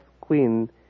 queen